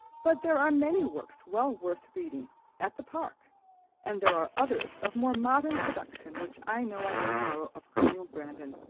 but there are many works well worth reading at the park and there are others of more modern production which i know i can borrow of colonel brandon.